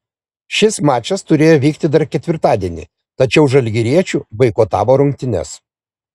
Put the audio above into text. šis mačas turėjo vykti dar ketvirtadienį tačiau žalgiriečių boikotavo rungtynes